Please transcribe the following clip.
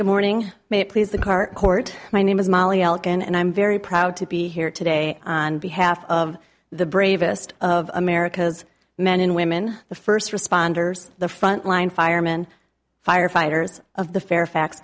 good morning may it please the current court my name is molly elkan and i'm very proud to be here today on behalf of the bravest of america's men and women the first responders the frontline firemen firefighters of the fairfax